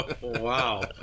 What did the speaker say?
Wow